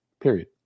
period